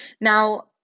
Now